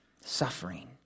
suffering